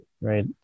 right